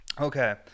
Okay